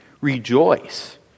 rejoice